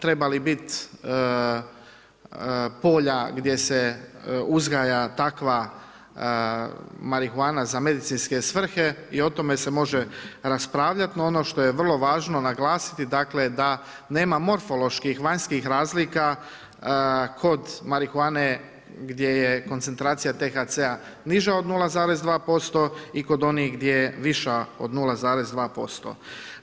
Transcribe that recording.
Treba li bit polja gdje se uzgaja takva marihuana za medicinske svrhe i o tome se može raspravljati, no ono što je vrlo važno naglasiti dakle, da nema morfoloških vanjskih razlika kod marihuane gdje je koncentracija THC-a niža od 0,2% i kod onih gdje je viša od 0,2%